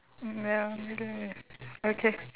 mm ya I get it okay